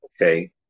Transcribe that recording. okay